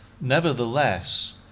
Nevertheless